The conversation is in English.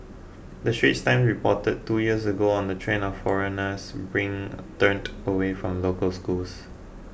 the Straits Times reported two years ago on the trend of foreigners bring turned away from local schools